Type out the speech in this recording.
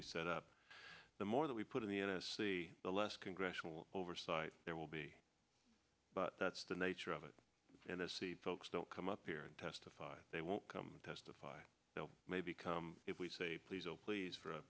we set up the more that we put in the n s c the less congressional oversight there will be but that's the nature of it and the seed folks don't come up here and testify they won't come testify they may become if we say please oh please for a